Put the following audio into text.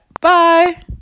bye